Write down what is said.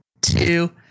two